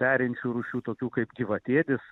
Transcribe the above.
perinčių rūšių tokių kaip gyvatėdis